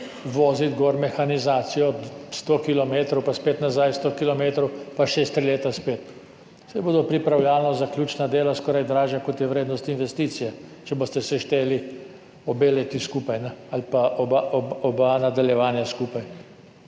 voziti gor mehanizacijo sto kilometrov pa spet nazaj sto kilometrov, pa čez tri leta spet. Saj bodo pripravljalno-zaključna dela skoraj dražja, kot je vrednost investicije, če boste sešteli obe leti skupaj ali pa obe nadaljevanji skupaj.